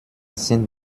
sind